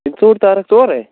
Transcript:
ژوٚٹ تارکھ ژٕ اورے